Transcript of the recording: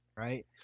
right